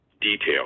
detail